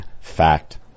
Fact